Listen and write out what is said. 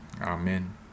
Amen